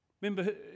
remember